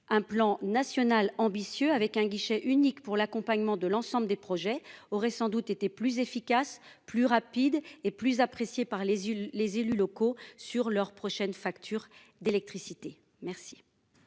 un plan national ambitieux avec un guichet unique pour l'accompagnement de l'ensemble des projets aurait sans doute été plus efficace, plus rapide et plus appréciée par les, les élus locaux, sur leur prochaine facture d'électricité. Merci.